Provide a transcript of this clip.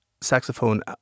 saxophone